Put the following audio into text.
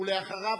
ואחריו,